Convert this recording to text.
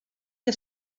que